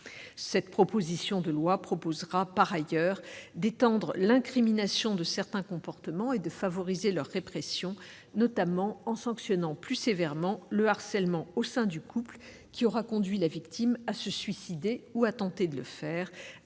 encadrées. Elle prévoit par ailleurs d'étendre l'incrimination de certains comportements et de favoriser leur répression, notamment en sanctionnant plus sévèrement le harcèlement au sein du couple qui aura conduit la victime à se suicider ou à tenter de le faire